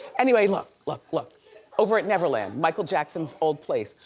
anyway, look, look, look over at neverland, michael jackson's old place,